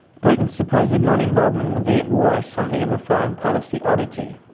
britain's supposed non-involvement in the vietnam war is something of a foreign policy oddity.